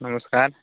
ନମସ୍କାର